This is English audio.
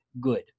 good